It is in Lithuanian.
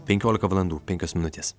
penkiolika valandų penkios minutės